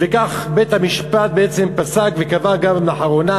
וכך בית-המשפט פסק וקבע גם לאחרונה,